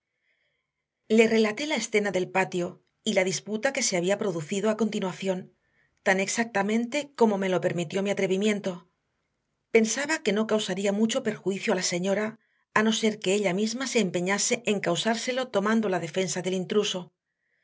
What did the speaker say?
le relaté la escena del patio y la disputa que se había producido a continuación tan exactamente como me lo permitió mi atrevimiento pensaba que no causaría mucho perjuicio a la señora a no ser que ella misma se empeñase en causárselo tomando la defensa del intruso